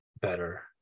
better